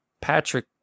Patrick